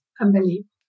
unbelievable